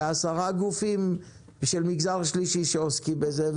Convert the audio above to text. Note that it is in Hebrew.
ועשרה גופים של מגזר שלישי שעוסקים בזה,